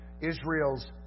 Israel's